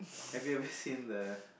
have you ever seen the